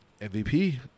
MVP